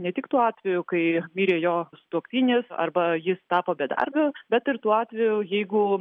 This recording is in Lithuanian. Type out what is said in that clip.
ne tik tuo atveju kai mirė jo sutuoktinis arba jis tapo bedarbis bet ir tuo atveju jeigu